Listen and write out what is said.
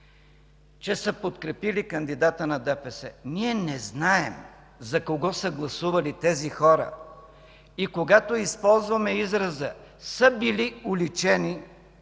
че са подкрепили кандидата на ДПС. Ние не знаем за кого са гласували те. И когато използваме израза „са били уличени”,